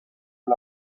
fly